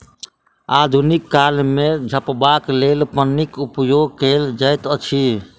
आधुनिक काल मे झपबाक लेल पन्नीक उपयोग कयल जाइत अछि